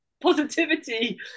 positivity